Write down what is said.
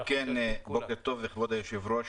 בוקר טוב כבוד היו"ר.